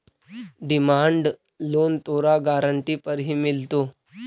demand loan तोरा guarantee पर ही मिलतो